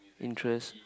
interest